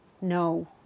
no